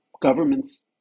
Governments